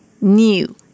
New